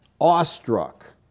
awestruck